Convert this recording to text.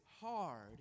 hard